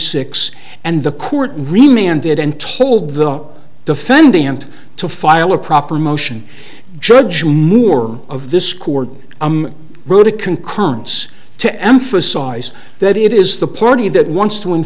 six and the court really man did and told the defendant to file a proper motion judge moore of this court wrote a concurrence to emphasize that it is the party that wants to